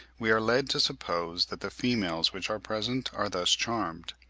we are led to suppose that the females which are present are thus charmed.